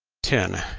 ten.